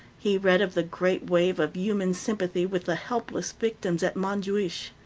he read of the great wave of human sympathy with the helpless victims at montjuich.